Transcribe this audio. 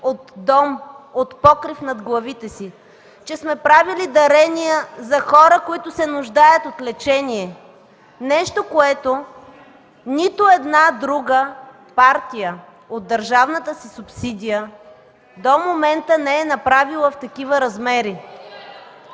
от дом, от покрив над главите си, правили сме дарения за хора, които се нуждаят от лечение. Нещо, което нито една друга партия от държавната си субсидия (реплики от „Атака”), до момента не е направила в такива размери.